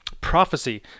prophecy